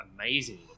amazing